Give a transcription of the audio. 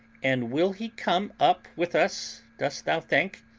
and will he come up with us, dost thou think?